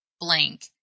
blank